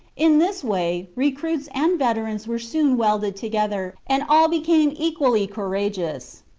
in this way, recruits and veterans were soon welded together, and all became equally courageous.